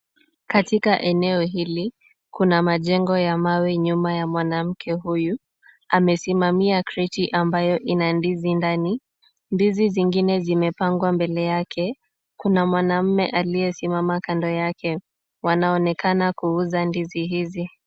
Katika eneo hili kuna majengo ya mawe nyuma ya mwanamke huyu. Amesimamia kreti ambayo ina ndizi ndani . Ndizi zingine zimepangwa mbele yake. Kuna mwanamme aliyesimama kando yake. Wanaonekana kuuza ndizi hizi.